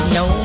no